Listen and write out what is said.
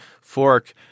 fork